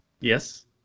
Yes